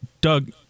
doug